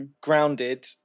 Grounded